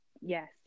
Yes